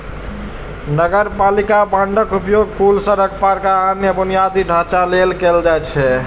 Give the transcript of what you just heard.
नगरपालिका बांडक उपयोग पुल, सड़क, पार्क, आ अन्य बुनियादी ढांचा लेल कैल जाइ छै